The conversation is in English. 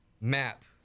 map